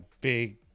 big